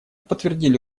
подтвердили